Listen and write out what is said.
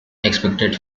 accepted